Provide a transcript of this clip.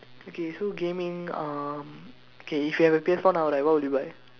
okay so gaming um okay if you have a P_S four now right what would you buy